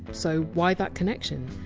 so why that connection?